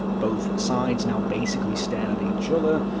both sides now basically stared at each other,